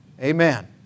Amen